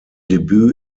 debüt